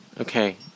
okay